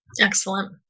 Excellent